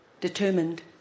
Determined